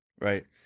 Right